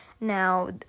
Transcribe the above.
Now